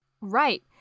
Right